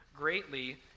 greatly